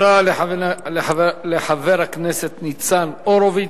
תודה לחבר הכנסת ניצן הורוביץ.